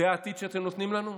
זה העתיד שאתם נותנים לנו?